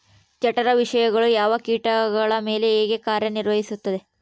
ಜಠರ ವಿಷಯಗಳು ಯಾವ ಕೇಟಗಳ ಮೇಲೆ ಹೇಗೆ ಕಾರ್ಯ ನಿರ್ವಹಿಸುತ್ತದೆ?